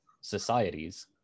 societies